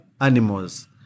animals